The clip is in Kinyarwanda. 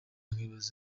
nkibaza